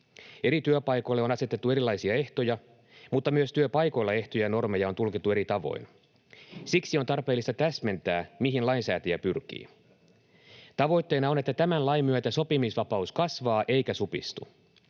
Eri työpaikoille on asetettu erilaisia ehtoja, mutta myös työpaikoilla ehtoja ja normeja on tulkittu eri tavoin. Siksi on tarpeellista täsmentää, mihin lainsäätäjä pyrkii. Tavoitteena on, että tämän lain myötä sopimisvapaus kasvaa eikä supistu.